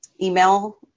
email